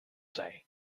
day